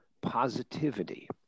positivity